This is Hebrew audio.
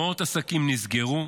מאות עסקים נסגרו,